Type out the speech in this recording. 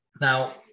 Now